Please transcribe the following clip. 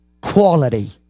Quality